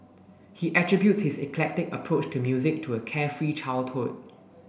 he attributes his eclectic approach to music to a carefree childhood